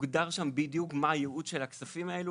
מוגדר שם בדיוק מה הייעוד של הכספים האלו,